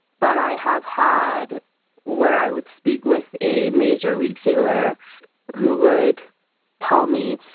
but i have had where i would speak with a major retailer who would tell me,